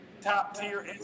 top-tier